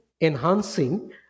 enhancing